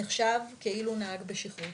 נחשב כאילו נהג בשכרות.